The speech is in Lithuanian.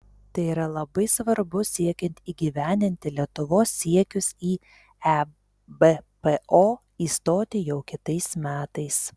tai yra labai svarbu siekiant įgyvendinti lietuvos siekius į ebpo įstoti jau kitais metais